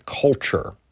culture